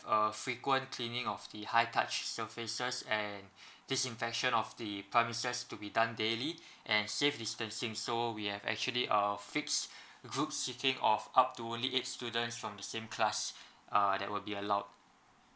uh frequent cleaning of the high touch surfaces and disinfection of the premises to be done daily and safe distancing so we have actually uh fixed groups seating of up to only eight students from the same class uh that will be allowed